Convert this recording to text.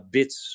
Bits